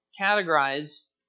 categorize